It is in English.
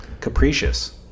capricious